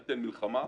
בהינתן מלחמה.